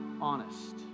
honest